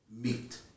meet